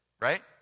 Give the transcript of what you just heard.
right